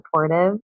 supportive